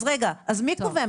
אז, רגע, מי קובע?